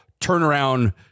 turnaround